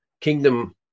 kingdom